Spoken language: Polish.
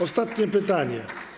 Ostatnie pytanie.